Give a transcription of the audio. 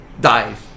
dive